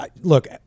look